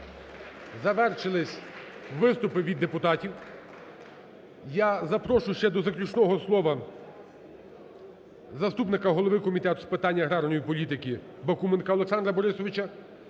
завершились виступи від депутатів. Я запрошую ще до заключного слова заступника голови Комітету з питань аграрної політики Бакуменка Олександра Борисовича.